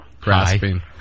grasping